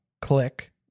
click